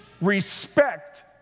respect